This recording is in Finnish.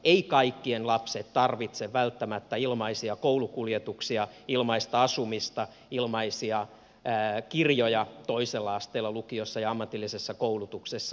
eivät kaikkien lapset tarvitse välttämättä ilmaisia koulukuljetuksia ilmaista asumista ilmaisia kirjoja toisella asteella lukiossa ja ammatillisessa koulutuksessa